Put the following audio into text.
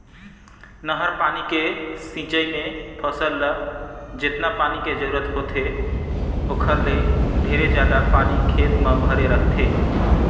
नहर पानी के सिंचई मे फसल ल जेतना पानी के जरूरत होथे ओखर ले ढेरे जादा पानी खेत म भरे रहथे